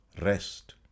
rest